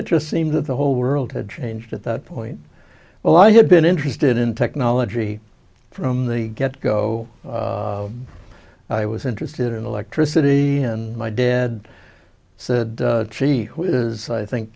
it just seemed that the whole world had changed at that point well i had been interested in technology from the get go i was interested in electricity and my dad said chief i think